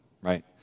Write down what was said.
right